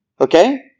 okay